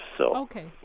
Okay